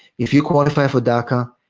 if you qualify for daca,